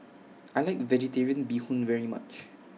I like Vegetarian Bee Hoon very much